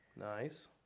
Nice